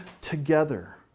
together